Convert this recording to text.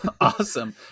awesome